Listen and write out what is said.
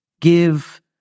give